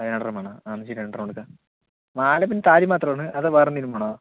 അതു രണ്ടെണം വേണോ എന്നാ ശരി രണ്ടെണ്ണം എടുക്കാം മാല പിന്നെ താലി മാത്രമാണോ അതോ വേറെയെന്തെങ്കിലും വേണോ